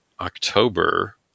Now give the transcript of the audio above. October